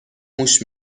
موش